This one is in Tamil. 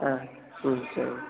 ஆ ம் சரிங்க